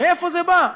מאיפה זה בא?